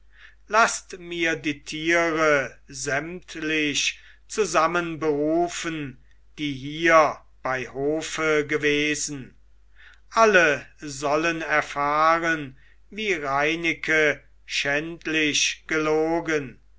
laßt mir die tiere sämtlich zusammenberufen die hier bei hofe gewesen alle sollen erfahren wie reineke schändlich gelogen